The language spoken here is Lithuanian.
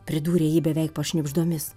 pridūrė ji beveik pašnibždomis